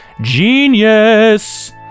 genius